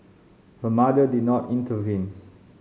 her mother did not intervene